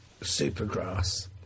Supergrass